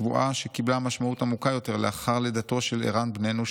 שבועה שקיבלה משמעות עמוקה יותר לאחר לידתו של ערן בננו,